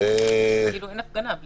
אתה